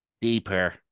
Deeper